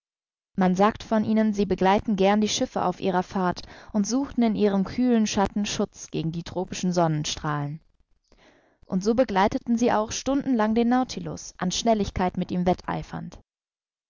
man sagt von ihnen sie begleiten gern die schiffe auf ihrer fahrt und suchten in ihrem kühlen schatten schutz gegen die tropischen sonnenstrahlen und so begleiteten sie auch stunden lang den nautilus an schnelligkeit mit ihm wetteifernd